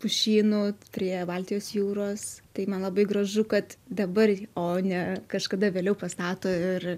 pušynų prie baltijos jūros tai man labai gražu kad dabar o ne kažkada vėliau pastato ir